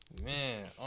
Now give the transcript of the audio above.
Man